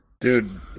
Dude